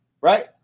Right